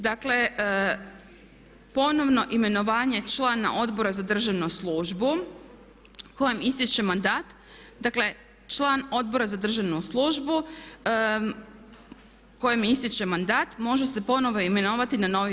Dakle, ponovno imenovanje člana Odbora za državnu službu kojem istječe mandat, dakle član Odbora za državnu službu kojemu istječe mandat može se ponovo imenovati na novi